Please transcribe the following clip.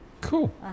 Cool